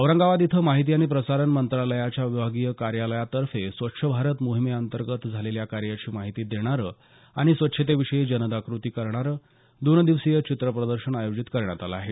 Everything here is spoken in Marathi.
औरंगाबाद इथं माहिती आणि प्रसारण मंत्रालयाच्या विभागीय कार्यालयातर्फे स्वच्छ भारत मोहीमेअंतर्गत झालेल्या कार्याची माहिती देणारं आणि स्वच्छतेविषयी जनजागृती करणारं दोन दिवसीय चित्रप्रदर्शन आयोजित करण्यात आलं आहे